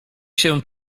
się